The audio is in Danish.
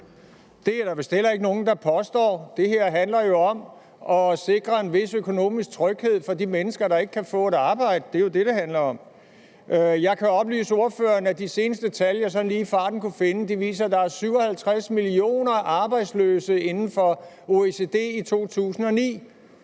Det er der vist heller ikke nogen der påstår. Det her handler jo om at sikre en vis økonomisk tryghed for de mennesker, der ikke kan få et arbejde; det er jo det, det handler om. Jeg kan oplyse ordføreren om, at de seneste tal, jeg sådan lige i farten har kunnet finde, viser, at der var 57 millioner arbejdsløse inden for OECD i 2009.